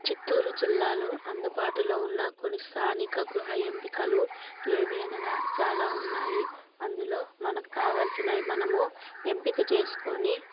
చిత్తూరు జిల్లాలో అందుబాటులో ఉన్న కొన్ని స్థానిక గృహ ఎంపికలు ఏవి అనగా చాలా ఉన్నాయి అందులో మనకు కావాల్సినవి మనము ఎంపిక చేసుకొని